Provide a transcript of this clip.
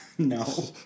No